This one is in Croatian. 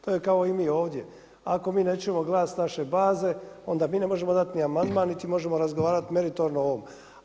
To je kao i mi ovdje, ako mi ne čujemo glas naše baze, onda mi ne možemo dati ni amandman niti možemo razgovarati meritorno o ovom.